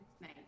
nice